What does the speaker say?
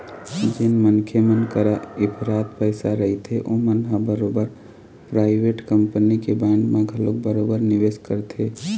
जेन मनखे मन करा इफरात पइसा रहिथे ओमन ह बरोबर पराइवेट कंपनी के बांड म घलोक बरोबर निवेस करथे